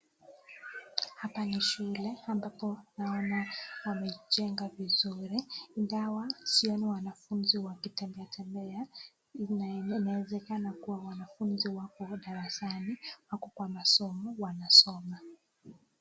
Hapa ni shule ambapo wamejenga vizuri ingawa sioni wanafunzi wakitembea tembea inawezekana kuwa wako darasani kwa masomo wanasoma.